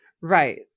Right